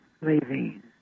Levine